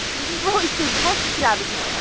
this is really stupid. let's just get out of the tent.